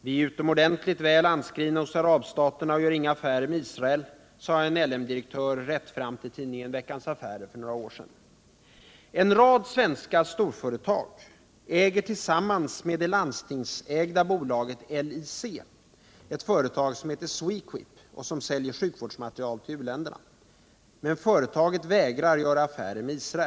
”Vi är utomordentligt väl Nr 45 anskrivna hos arabstaterna och gör inga affärer med Israel”, sade en L M-direktör rättframt i tidningen Veckans Affärer för något år sedan. En rad svenska storföretag äger tillsammans med det landstingsägda. I bolaget LIC ett företag som heter Swequip och som säljer sjukvårdsma = Skydd för handeln teriel till u-länder. Men företaget vägrar göra affärer med Israel.